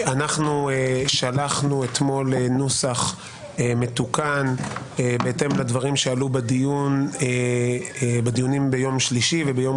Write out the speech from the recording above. שלחנו אתמול נוסח מתוקן בהתאם לדברים שעלו בדיונים ביום שלישי וביום